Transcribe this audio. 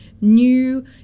new